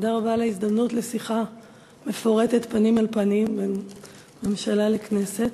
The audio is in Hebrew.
תודה רבה על ההזדמנות לשיחה מפורטת פנים אל פנים בין הממשלה לכנסת.